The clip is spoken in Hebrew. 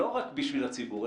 הוא לא רק בשביל הציבור,